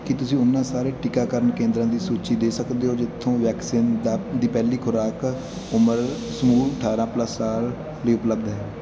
ਕੀ ਤੁਸੀਂ ਉਹਨਾਂ ਸਾਰੇ ਟੀਕਾਕਰਨ ਕੇਂਦਰਾਂ ਦੀ ਸੂਚੀ ਦੇ ਸਕਦੇ ਹੋ ਜਿਥੋਂ ਵੈਕਸਿਨ ਦਾ ਦੀ ਪਹਿਲੀ ਖੁਰਾਕ ਉਮਰ ਸਮੂਹ ਅਠਾਰ੍ਹਾਂ ਪਲੱਸ ਸਾਲ ਲਈ ਉਪਲਬਧ ਹੈ